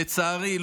לצערי,